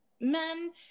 men